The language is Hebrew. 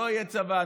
לא יהיה צבא,